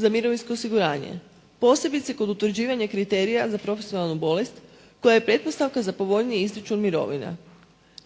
za mirovinsko osiguranje. Posebice kod utvrđivanja kriterija za profesionalnu bolest koja je pretpostavka za povoljniji ... /Govornik se ne razumije./ ... mirovina.